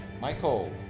Michael